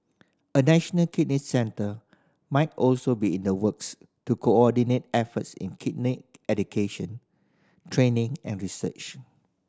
a national kidney centre might also be in the works to coordinate efforts in kidney education training and research